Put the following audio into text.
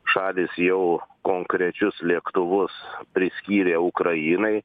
šalys jau konkrečius lėktuvus priskyrė ukrainai